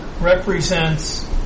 represents